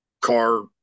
car